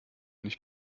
nicht